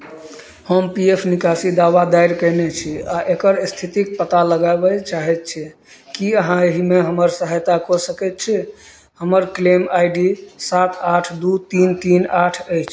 हम P F निकासी दावा दायर कयने छी आ एकर स्थितिक पता लगाबय चाहैत छी की अहाँ एहिमे हमर सहायता कऽ सकैत छी हमर क्लेम आइ डी सात आठ दू तीन तीन आठ अछि